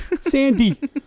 Sandy